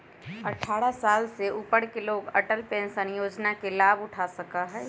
अट्ठारह साल से ऊपर के लोग अटल पेंशन योजना के लाभ उठा सका हई